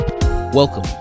Welcome